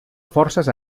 forces